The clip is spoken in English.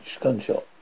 Gunshot